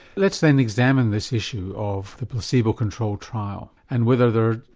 let's then examine this issue of the placebo control trial and whether there're,